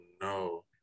no